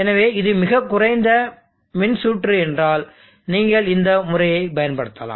எனவே இது மிகக் குறைந்த மின்சுற்று என்றால் நீங்கள் இந்த முறையைப் பயன்படுத்தலாம்